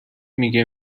میگه